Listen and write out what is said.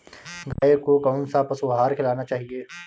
गाय को कौन सा पशु आहार खिलाना चाहिए?